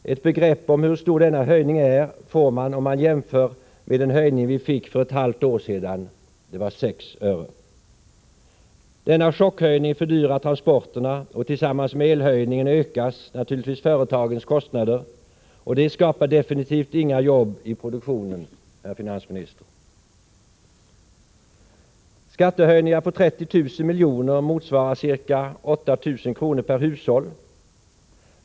Ett begrepp om hur stor denna höjning är får man om man jämför med den höjning vi fick för ett halvt år sedan — det var 6 öre. Denna chockhöjning fördyrar transporterna, och tillsammans med elhöjningen ökar den naturligtvis företagens kostnader. Det skapar definitivt inga jobb i produktionen, herr finansminister. Skattehöjningar på 30 000 milj.kr. motsvarar ca 8 000 kr. per hushåll.